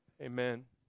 amen